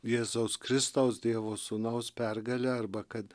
jėzaus kristaus dievo sūnaus pergalę arba kad